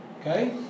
Okay